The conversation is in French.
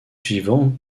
suivant